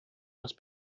más